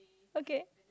okay